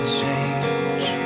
change